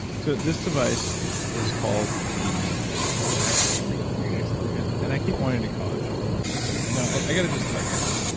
so this device is called the x three. the x three. and and i keep wanting to call it triple x because and i gotta just tell you guys this.